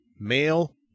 Male